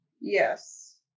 Yes